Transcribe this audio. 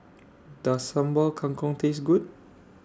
Does Sambal Kangkong Taste Good